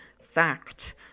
fact